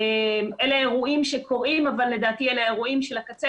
אלה אירועים שקורים אבל לדעתי אלה אירועים של הקצה